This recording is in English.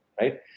right